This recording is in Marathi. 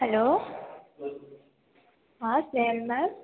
हॅलो हां स्नेहल मॅम